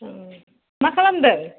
मा खालामदों